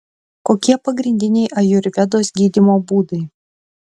kokie pagrindiniai ajurvedos gydymo būdai